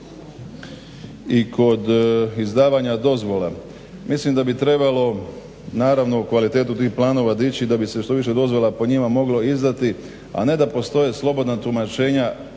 i kod izdavanja dozvola. Mislim da bi trebalo naravno u kvalitetu tih planova dići da bi se što više dozvola po njima moglo izdati, a ne da postoje slobodna tumačenja